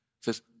says